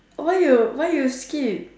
why you why you skip